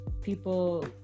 people